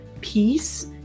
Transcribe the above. peace